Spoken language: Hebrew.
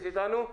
איתנו?